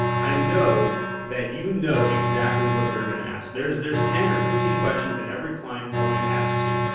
i know that you know exactly what they're going to ask. there's there's ten or fifteen questions that every client always asks you.